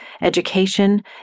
education